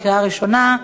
קריאה ראשונה.